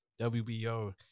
WBO